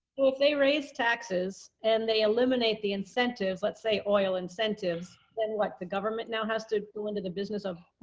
well, if they raise taxes and they eliminate the incentive, let's say oil, and like the government now has to go into the business. um